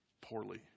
poorly